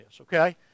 okay